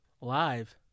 Live